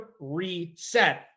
reset